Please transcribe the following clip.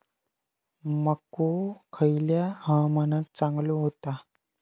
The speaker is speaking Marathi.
मको खयल्या हवामानात चांगलो होता?